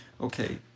okay